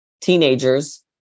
teenagers